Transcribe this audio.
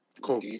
Cool